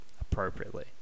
appropriately